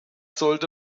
sollte